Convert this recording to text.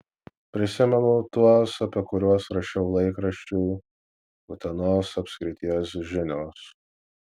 prisimenu tuos apie kuriuos rašiau laikraščiui utenos apskrities žinios